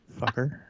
Fucker